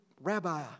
rabbi